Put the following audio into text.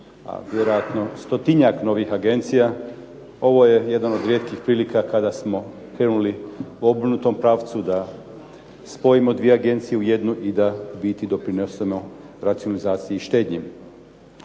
vjerojatno stotinjak novih agencija. Ovo je jedan od rijetkih prilika kada smo krenuli u obrnutom pravcu, da spojimo dvije agencije u jednu i u biti doprinesemo racionalizaciji štednje.